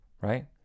Right